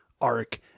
arc